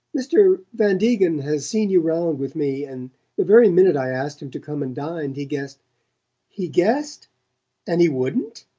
mr. van degen has seen you round with me, and the very minute i asked him to come and dine he guessed he guessed and he wouldn't?